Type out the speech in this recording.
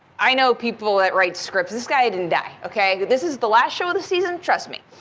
i know people that write scripts, this guy didn't die, ok? this is the last show of the season, trust me.